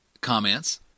comments